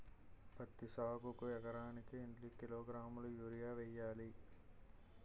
పత్తి సాగుకు ఎకరానికి ఎన్నికిలోగ్రాములా యూరియా వెయ్యాలి?